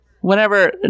whenever